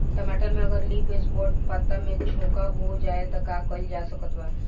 टमाटर में अगर लीफ स्पॉट पता में झोंका हो जाएँ त का कइल जा सकत बा?